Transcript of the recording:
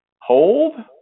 hold